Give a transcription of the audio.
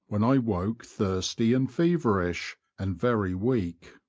when i woke thirsty and feverish, and very weak.